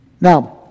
Now